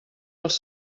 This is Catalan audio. dels